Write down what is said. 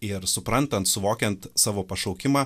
ir suprantant suvokiant savo pašaukimą